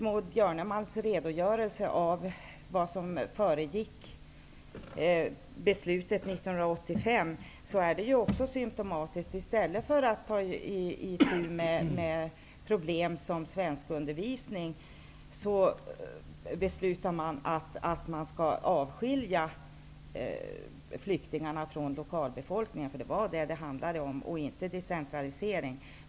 Maud Björnemalm kom med en redogörelse över vad som föregick beslutet år 1985. Det är symtomatiskt att man i stället för att ta itu med problem som är förknippade med t.ex. svenskundervisningen beslutar att man skall avskilja flyktingarna från lokalbefolkningen. Det var detta som det handlade om. Det var inte fråga om decentralisering.